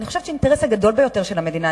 אני חושבת שהאינטרס הגדול ביותר של המדינה,